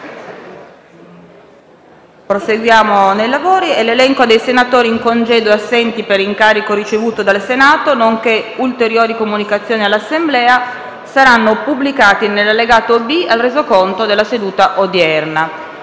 nuova finestra"). L'elenco dei senatori in congedo e assenti per incarico ricevuto dal Senato, nonché ulteriori comunicazioni all'Assemblea saranno pubblicati nell'allegato B al Resoconto della seduta odierna.